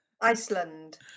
Iceland